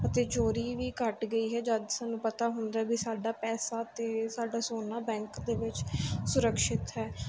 ਅਤੇ ਚੋਰੀ ਵੀ ਘਟ ਗਈ ਹੈ ਜਦ ਸਾਨੂੰ ਪਤਾ ਹੁੰਦਾ ਵੀ ਸਾਡਾ ਪੈਸਾ ਅਤੇ ਸਾਡਾ ਸੋਨਾ ਬੈਂਕ ਦੇ ਵਿੱਚ ਸੁਰਕਸ਼ਿਤ ਹੈ